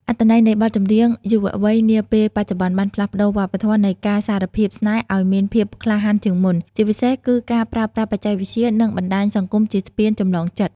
អត្ថន័យនៃបទចម្រៀងយុវវ័យនាពេលបច្ចុប្បន្ន បានផ្លាស់ប្តូរវប្បធម៌នៃការសារភាពស្នេហ៍ឱ្យមានភាពក្លាហានជាងមុន ជាពិសេសគឺការប្រើប្រាស់បច្ចេកវិទ្យា និងបណ្ដាញសង្គមជាស្ពានចម្លងចិត្ត។